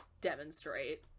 Demonstrate